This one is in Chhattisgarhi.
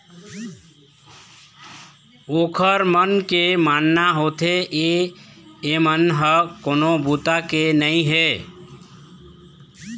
ओखर मन के मानना होथे के एमन ह कोनो बूता के नइ हे